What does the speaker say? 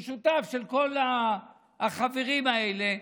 הוא שותף של כל החברים האלה,